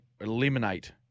eliminate